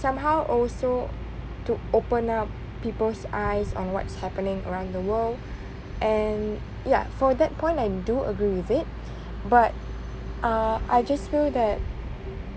somehow also to open up peoples eyes on what's happening around the world and ya for that point I do agree with it but uh I just feel that